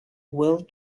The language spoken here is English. world